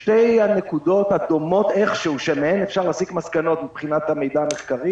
שתי הנקודות הדומות איכשהו שמהן אפשר להסיק מסקנות מבחינת המידע המחקרי